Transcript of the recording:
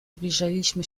zbliżaliśmy